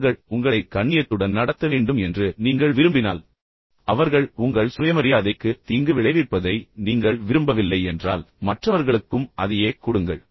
மற்றவர்கள் உங்களை கண்ணியத்துடன் நடத்த வேண்டும் என்று நீங்கள் விரும்பினால் அவர்கள் உங்கள் சுயமரியாதைக்கு தீங்கு விளைவிப்பதை நீங்கள் விரும்பவில்லை என்றால் மற்றவர்களுக்கும் அதையே கொடுங்கள்